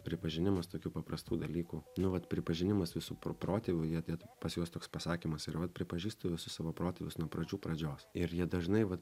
pripažinimas tokių paprastų dalykų nu vat pripažinimas visų pro protėvių jie det pas juos toks pasakymas yra vat pripažįstu visus savo protėvius nuo pradžių pradžios ir jie dažnai vat